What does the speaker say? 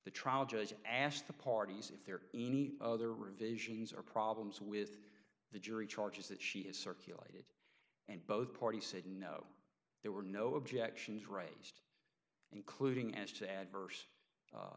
the trial judge asked the parties if there are any other revisions or problems with the jury charges that she has circulated and both parties said no there were no objections raised including as to adverse